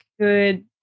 good